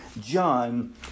John